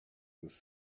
was